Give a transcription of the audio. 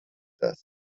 dust